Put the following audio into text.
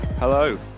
Hello